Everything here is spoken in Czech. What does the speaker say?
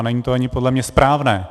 A není to ani podle mě správné.